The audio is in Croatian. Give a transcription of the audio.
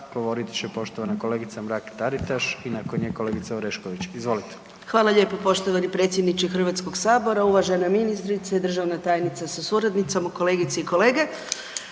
govorit će poštovana kolegica Mrak Taritaš i nakon nje kolegica Orešković. Izvolite. **Mrak-Taritaš, Anka (GLAS)** Hvala lijepo poštovani predsjedniče Hrvatskog sabora. Uvažena ministrice i državna tajnice sa suradnicom, kolegice i kolege,